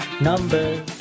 Numbers